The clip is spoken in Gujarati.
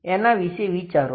એના વિશે વિચારો